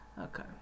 Okay